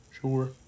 Sure